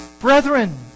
Brethren